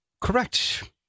correct